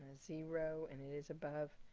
zero, and it is above.